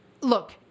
look